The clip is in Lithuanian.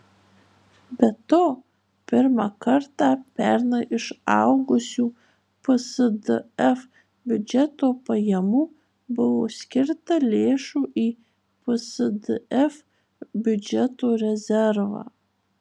be to pirmą kartą pernai iš augusių psdf biudžeto pajamų buvo skirta lėšų į psdf biudžeto rezervą